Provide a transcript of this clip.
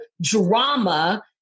drama